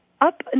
up